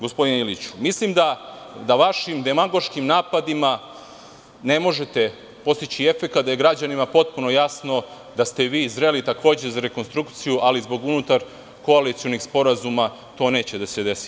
Mislim da vašim demagoškim napadima ne možete postići efekat, da je građanima potpuno jasno da ste vi takođe zreli za rekonstrukciju, ali zbog unutarkoalicionih sporazuma to neće da se desi.